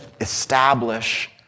establish